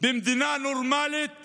במדינה נורמלית